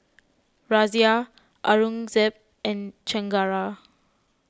Razia Aurangzeb and Chengara